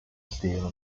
steel